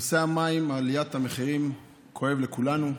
נושא המים, עליית המחירים, כואב לכולנו.